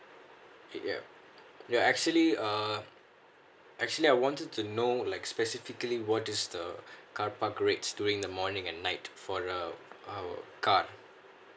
ya ya actually uh actually I wanted to know like specifically what is the carpark rate during the morning and night for uh our car